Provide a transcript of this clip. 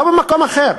לא במקום אחר,